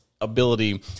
ability